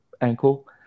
ankle